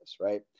right